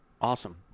Awesome